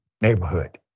neighborhood